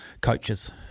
coaches